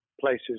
places